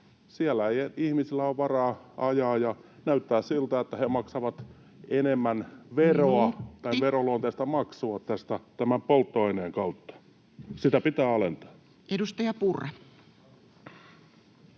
Siellä ei ihmisillä ole varaa ajaa, ja näyttää siltä, että he maksavat enemmän veroa [Puhemies: Minuutti!] tai veronluonteista maksua tästä tämän polttoaineen kautta. Sitä pitää alentaa. [Speech 9]